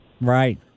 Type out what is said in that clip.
Right